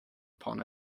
upon